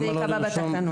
אז זה ייקבע בתקנות.